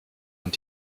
und